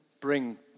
bring